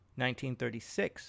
1936